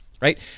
right